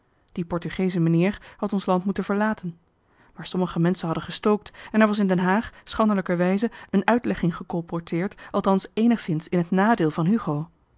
die portugeesche meneer had ons land moeten verlaten maar sommige menschen hadden gestookt en er was in den haag schandelijkerwijze een uitlegging gecolporteerd althans éénigszins in het nadeel van hugo